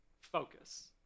focus